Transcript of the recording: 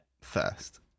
first